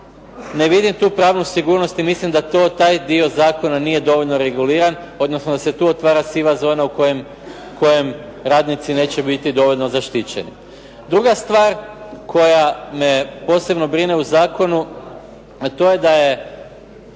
ne vidim tu pravnu sigurnost i mislim da taj dio zakona nije dovoljno reguliran odnosno da se tu otvara siva zona u kojoj radnici neće biti dovoljno zaštićeni. Druga stvar koja me posebno brine u zakonu to je da je